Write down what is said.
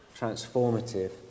transformative